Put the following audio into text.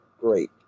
Great